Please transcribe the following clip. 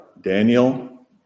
Daniel